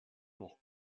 noch